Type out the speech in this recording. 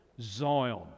Zion